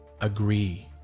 agree